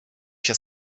się